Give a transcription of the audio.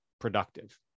productive